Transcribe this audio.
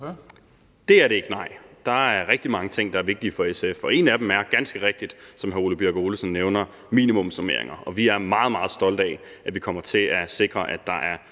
Det er det ikke, nej. Der er rigtig mange ting, der er vigtige for SF, og en af dem er ganske rigtigt, som hr. Ole Birk Olesen nævner, minimumsnormeringer. Og vi er meget, meget stolte af, at vi kommer til at sikre, at der er